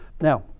Now